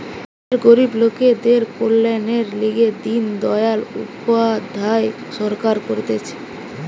দেশের গরিব লোকদের কল্যাণের লিগে দিন দয়াল উপাধ্যায় সরকার করতিছে